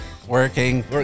working